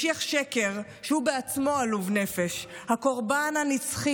אייכלר, אינו נוכח, חברת הכנסת טלי גוטליב,